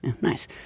Nice